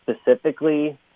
specifically